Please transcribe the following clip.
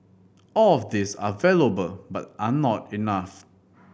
all of these are valuable but are not enough